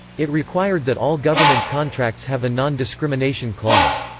it required that all government contracts have a non-discrimination clause.